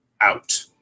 out